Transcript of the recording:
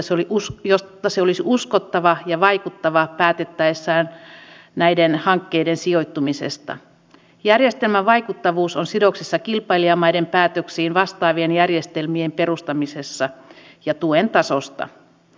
se olisi ollut mahdollista ratkaista paikallisella sopimisella eli pienellä joustolla siinä vaiheessa kun yrityksellä on vaikea tilanne pienellä joustolla toiseen suuntaan ja jälleen toisessa tilanteessa toiseen suuntaan